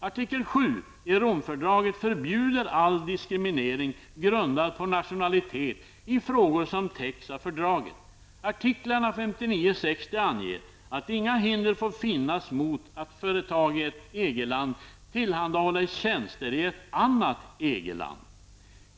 Artikel 7 i Romfördraget förbjuder all diskriminering grundad på nationalitet i frågor som täcks av fördraget. Artiklarna 59--60 anger att inga hinder får finnas mot att företag i ett EG-land tillhandahåller tjänster i ett annat land EG-land.